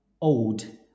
old